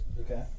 okay